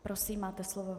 Prosím, máte slovo.